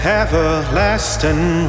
everlasting